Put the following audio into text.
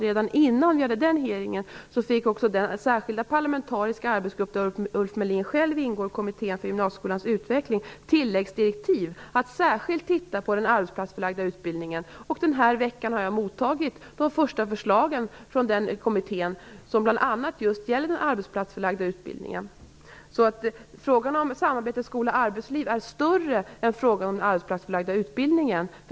Redan innan vi hade den hearingen fick den särskilda parlamentariska arbetsgrupp där Ulf Melin själv ingår, Kommittén för gymnasieskolans utveckling, tilläggsdirektiv att särskilt titta på den arbetsplatsförlagda utbildningen. Den här veckan har jag mottagit de första förslagen från den kommittén, som bl.a. gäller just den arbetsplatsförlagda utbildningen. Frågan om samarbetet skola-arbetsliv är större än frågan om den arbetsplatsförlagda utbildningen.